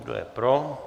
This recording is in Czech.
Kdo je pro?